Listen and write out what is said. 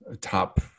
top –